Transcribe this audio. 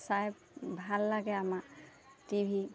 চাই ভাল লাগে আমাৰ টি ভি